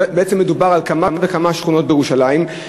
בעצם מדובר על כמה וכמה שכונות בירושלים,